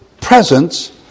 presence